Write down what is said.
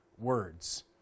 words